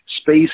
space